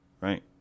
right